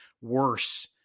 worse